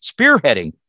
spearheading